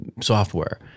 software